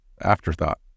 afterthought